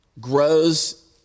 grows